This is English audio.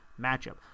matchup